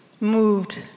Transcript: moved